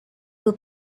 will